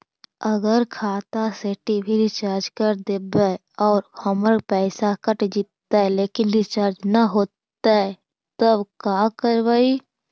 अगर खाता से टी.वी रिचार्ज कर देबै और हमर पैसा कट जितै लेकिन रिचार्ज न होतै तब का करबइ?